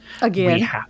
Again